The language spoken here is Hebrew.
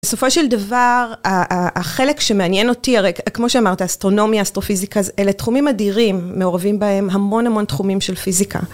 בסופו של דבר, החלק שמעניין אותי, כמו שאמרת, אסטרונומיה, אסטרופיזיקה, אלה תחומים אדירים מעורבים בהם המון המון תחומים של פיזיקה.